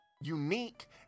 unique